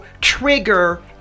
trigger